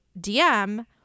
DM